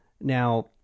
Now